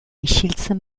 isiltzen